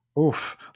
Oof